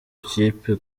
kipe